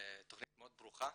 תכנית מאוד ברוכה,